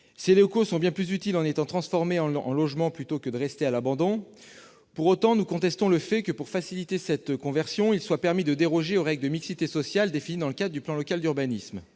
Ces locaux sont bien plus utiles en étant transformés en logements, plutôt qu'en restant à l'abandon. Pour autant, nous contestons le fait que, pour faciliter cette conversion, il soit permis de déroger aux règles de mixité sociale définies dans le cadre du plan local d'urbanisme.